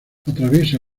atraviesa